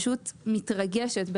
מתרגשת,